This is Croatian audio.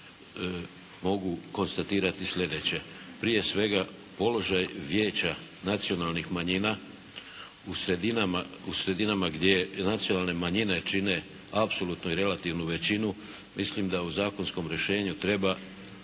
mogu konstatirati sljedeće. Prije svega položaj Vijeća nacionalnih manjina u sredinama gdje nacionalne manjine čine apsolutnu i relativnu većinu mislim da u zakonskom rješenju treba